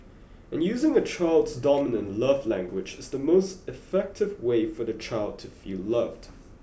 and using a child's dominant love language is the most effective way for the child to feel loved